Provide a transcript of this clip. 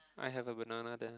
I have a banana there